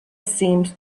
seemed